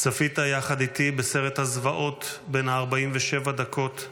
צפית יחד איתי בסרט הזוועות בן 47 הדקות,